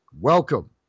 Welcome